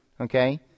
okay